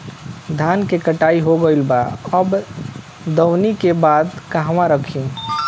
धान के कटाई हो गइल बा अब दवनि के बाद कहवा रखी?